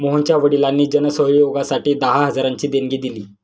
मोहनच्या वडिलांनी जन सहयोगासाठी दहा हजारांची देणगी दिली